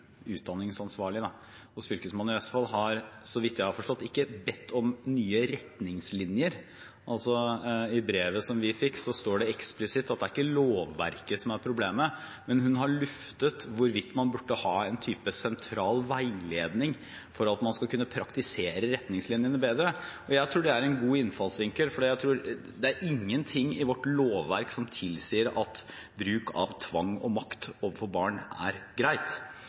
så vidt jeg har forstått ikke bedt om nye retningslinjer – i brevet vi fikk, står det eksplisitt at det ikke er lovverket som er problemet – men hun har luftet hvorvidt man burde ha en type sentral veiledning for at man skal kunne praktisere retningslinjene bedre. Jeg tror det er en god innfallsvinkel, for det er ikke noe i vårt lovverk som tilsier at bruk av tvang og makt overfor barn er greit.